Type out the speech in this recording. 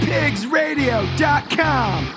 PigsRadio.com